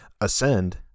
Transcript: ascend